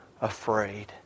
afraid